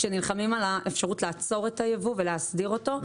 שנלחמים על האפשרות לעצור את הייבוא ולהסדיר אותו.